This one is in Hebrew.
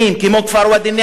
כמו כפר ואדי-אל-נעם,